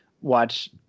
watch